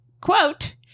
quote